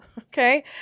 Okay